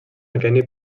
aqueni